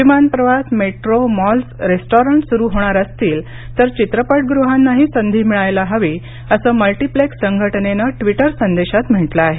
विमानप्रवास metro malls restaurant सुरू होणार असतील तर चित्रपटगृहांनाही संधी मिळायला हवी असं मल्टीप्लेक्स संघटनेनं ट्विटर संदेशात म्हटलं आहे